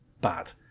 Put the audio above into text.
Bad